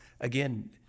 again